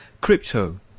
Crypto